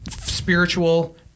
spiritual